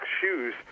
Shoes